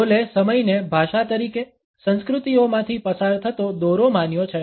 હોલએ સમયને ભાષા તરીકે સંસ્કૃતિઓમાંથી પસાર થતો દોરો માન્યો છે